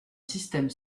système